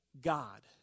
God